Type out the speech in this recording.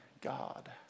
God